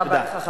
תודה רבה לך,